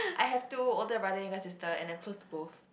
I have two older brother younger sister and I close to both